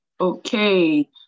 Okay